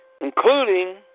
including